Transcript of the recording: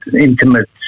intimate